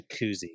jacuzzi